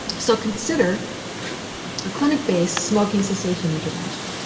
so consider a clinic-based smoking cessation intervention.